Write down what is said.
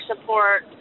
support